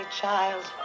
child